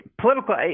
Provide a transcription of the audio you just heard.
political